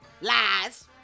lies